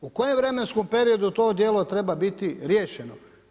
U kojem vremenskom periodu to djelo treba biti riješeno?